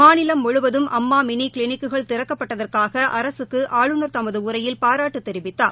மாநிலம் முழுவதும் அம்மா மினி கிளினிக்குகள் திறக்கப்பட்டதற்காக அரசுக்கு ஆளுநர் தமது உரையில் பாராட்டு தெரிவித்தார்